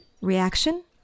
Reaction